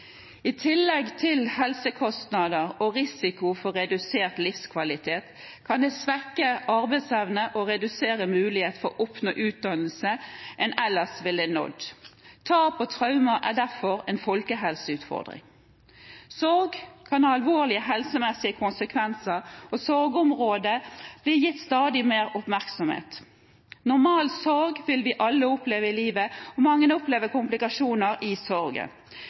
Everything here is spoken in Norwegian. I tillegg til helsekostnader og risiko for redusert livskvalitet kan det svekke arbeidsevnen og redusere mulighetene for å oppnå en utdannelse en ellers ville oppnådd. Tap og traumer er derfor en folkehelseutfordring. Sorg kan ha alvorlige helsemessige konsekvenser, og sorgområdet blir gitt stadig mer oppmerksomhet. Normal sorg vil vi alle oppleve i livet, og mange opplever komplikasjoner i sorgen.